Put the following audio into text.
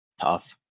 Tough